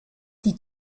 die